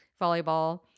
volleyball